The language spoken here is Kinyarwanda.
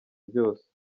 byose